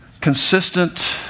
consistent